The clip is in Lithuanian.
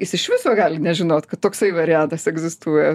jis iš viso gali nežinot kad toksai variantas egzistuoja